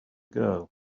girl